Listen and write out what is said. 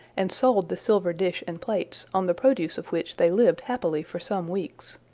and sold the silver dish and plates, on the produce of which they lived happily for some weeks.